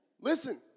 listen